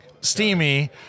steamy